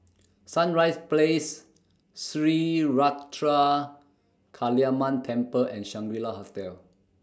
Sunrise Place Sri Ruthra Kaliamman Temple and Shangri La Hotel